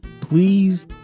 please